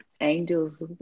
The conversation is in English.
angels